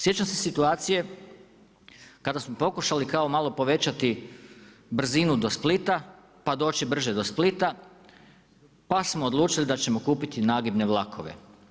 Sjećam se situacije kada smo pokušali kao malo povećati brzinu do Splita pa doći brže do Splita, pa smo odlučili da ćemo kupiti nagibne vlakove.